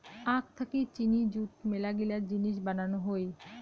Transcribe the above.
আখ থাকি চিনি যুত মেলাগিলা জিনিস বানানো হই